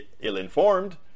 ill-informed